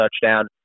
touchdown